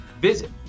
Visit